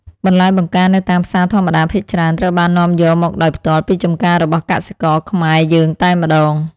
បន្លែបង្ការនៅតាមផ្សារធម្មតាភាគច្រើនត្រូវបាននាំយកមកដោយផ្ទាល់ពីចម្ការរបស់កសិករខ្មែរយើងតែម្ដង។